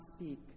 speak